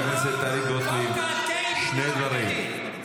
חברת --- מבן גביר הפשיסט.